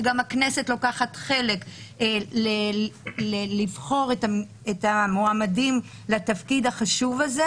שגם הכנסת לוקחת חלק בבחירת המועמדים לתפקיד החשוב הזה